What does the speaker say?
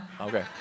Okay